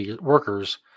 workers